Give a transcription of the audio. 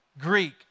Greek